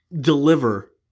deliver